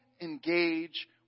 engage